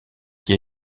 qui